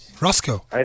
Roscoe